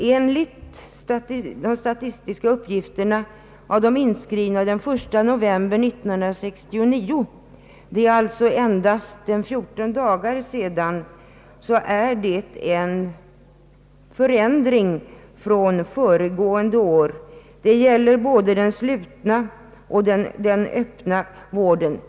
Enligt de statistiska uppgifterna om de inskrivna den 1 november 1969 — alltså för endast 14 dagar sedan — har det skett en ändring från föregående år. Det gäller både den slutna och den öppna vården.